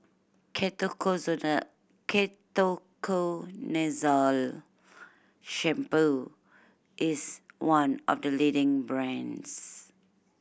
Ketoconazole Shampoo is one of the leading brands